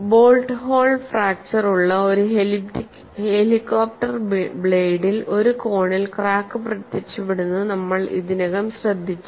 bolt hole fracture ഉള്ള ഒരു helicopter ബ്ലേഡിൽ ഒരു കോണിൽ ക്രാക്ക് പ്രത്യക്ഷപ്പെടുന്നത് നമ്മൾ ഇതിനകം ശ്രദ്ധിച്ചു